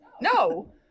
No